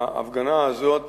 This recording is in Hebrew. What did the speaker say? ההפגנה הזאת